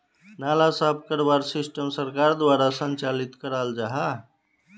नाला साफ करवार सिस्टम सरकार द्वारा संचालित कराल जहा?